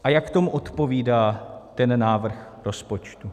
A jak tomu odpovídá ten návrh rozpočtu?